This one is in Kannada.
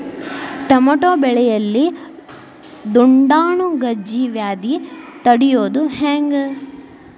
ಟಮಾಟೋ ಬೆಳೆಯಲ್ಲಿ ದುಂಡಾಣು ಗಜ್ಗಿ ವ್ಯಾಧಿ ತಡಿಯೊದ ಹೆಂಗ್?